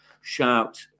shout